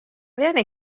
wenne